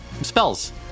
spells